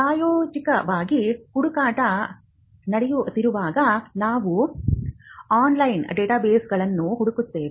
ಪ್ರಾಯೋಗಿಕವಾಗಿ ಹುಡುಕಾಟ ನಡೆಯುತ್ತಿರುವಾಗ ನಾವು ಆನ್ಲೈನ್ ಡೇಟಾಬೇಸ್ಗಳನ್ನು ಹುಡುಕುತ್ತೇವೆ